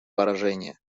поражение